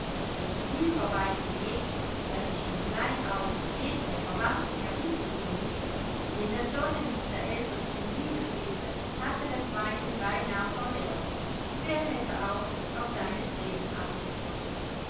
das frühverwaiste mädchen das sich von klein auf stets bei verwandten herumdrücken mußte dem das sonnenlicht der elterlichen liebe fehlte hatte das weinen beinah verlernt wer hätte auch auf seine thränen achten sollen